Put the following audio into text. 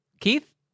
Keith